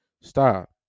Stop